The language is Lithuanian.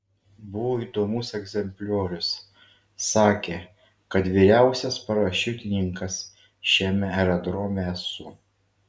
buvau įdomus egzempliorius sakė kad vyriausias parašiutininkas šiame aerodrome esu